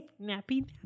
Nappy